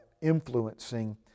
influencing